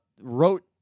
wrote